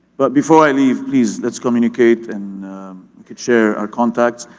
but before i leave please, let's communicate and we could share our contacts.